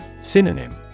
Synonym